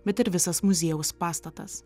bet ir visas muziejaus pastatas